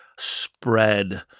Spread